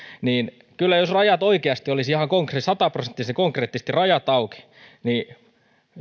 niin kyllä jos oikeasti olisivat ihan sata prosenttisen konkreettisesti rajat auki niin